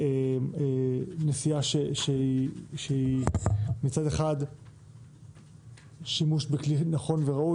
בגלל נסיעה שהיא מצד אחד שימוש בכלי נכון וראוי,